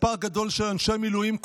מספר גדול של אנשי מילואים,